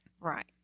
Right